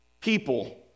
people